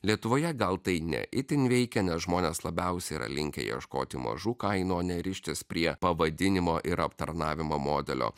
lietuvoje gal tai ne itin veikia nes žmonės labiausiai yra linkę ieškoti mažų kainų o ne rištis prie pavadinimo ir aptarnavimo modelio